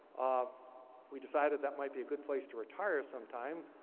um we decided that might be a good place to retire some time,